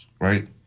right